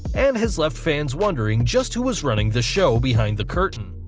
and has left fans wondering just who was running the show behind the curtain.